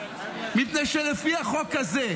מפני שלפי החוק הזה,